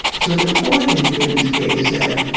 so the court in thind's case said,